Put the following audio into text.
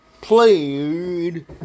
played